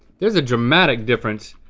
there's a dramatic difference